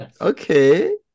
Okay